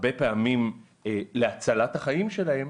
הרבה פעמים להצלת החיים שלהם,